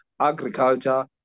agriculture